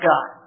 God